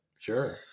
sure